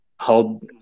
hold